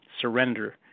surrender